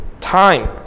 time